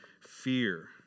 fear